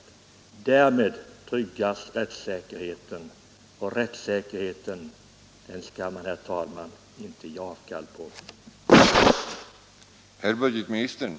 Därmed tryggas rättssäkerheten. Och rättssäkerheten skall vi, herr talman, inte ge avkall på.